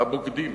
הבוגדים.